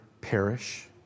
perish